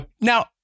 Now